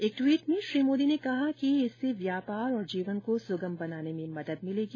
एक ट्वीट में श्री मोदी ने कहा कि इससे व्यापार और जीवन को सुगम बनाने में मदद मिलेगी